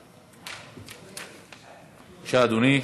בבקשה, אדוני.